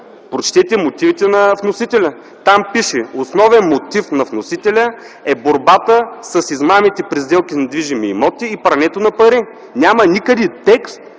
Прочетете мотивите на вносителя. Там пише: основен мотив на вносителя е борбата с измамите при сделки с недвижими имоти и прането на пари. Няма никъде текст,